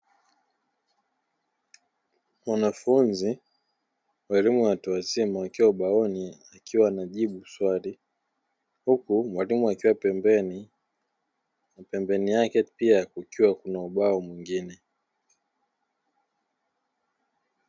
Mwanafunzi wa elimu ya watu wazima akiwa ubaoni akiwa anajibu swali. Huku mwalimu akiwa pembeni na pembeni yake pia kukiwa kuna ubao mwingine.